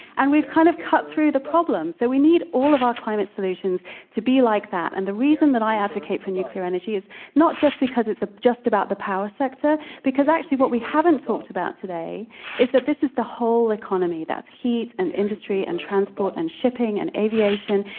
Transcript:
and we've kind of cut through the problem. so, we need all of our climate solutions to be like that. and the reason that i advocate for nuclear energy is not just because it's ah just about the power sector because actually, what we haven't talked about today is that this is the whole economy that's heat, and industry, and transport, and shipping, and aviation.